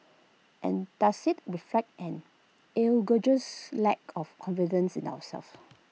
and does IT reflect an egregious lack of confidence in ourselves